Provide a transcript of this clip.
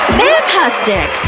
fantastic!